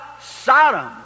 Sodom